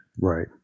right